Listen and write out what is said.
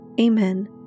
Amen